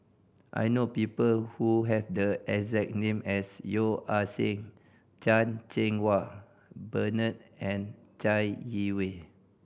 I know people who have the exact name as Yeo Ah Seng Chan Cheng Wah Bernard and Chai Yee Wei